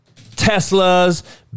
Teslas